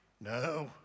No